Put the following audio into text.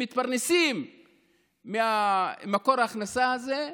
מתפרנסים ממקור ההכנסה הזה,